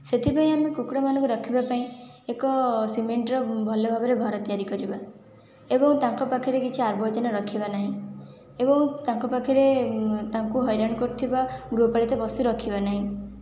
ସେଥିପାଇଁ ଆମେ କୁକୁଡ଼ାମାନଙ୍କୁ ରଖିବା ପାଇଁ ଏକ ସିମେଣ୍ଟର ଭଲ ଭାବରେ ଘର ତିଆରି କରିବା ଏବଂ ତାଙ୍କ ପାଖରେ କିଛି ଆବର୍ଜନା ରଖିବା ନାହିଁ ଏବଂ ତାଙ୍କ ପାଖରେ ତାଙ୍କୁ ହଇରାଣ କରୁଥିବା ଗୃହପାଳିତ ପଶୁ ରଖିବା ନାହିଁ